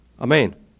Amen